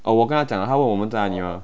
哦我跟他讲的他问我们在哪里吗